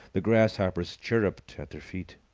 the grasshoppers chirrupped at their feet.